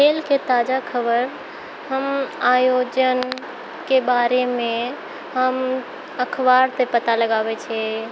खेलके ताजा खबर हम आयोजनके बारेमे हम अखबारसँ पता लगाबैत छियै